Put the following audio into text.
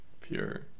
Pure